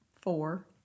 four